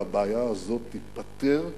והבעיה הזאת תיפתר,